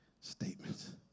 statements